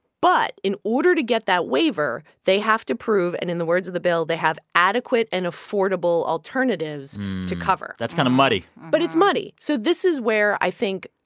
but in order to get that waiver, they have to prove and in the words of the bill they have adequate and affordable alternatives to cover that's kind of muddy but it's muddy. so this is where, i think,